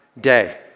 day